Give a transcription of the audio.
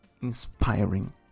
inspiring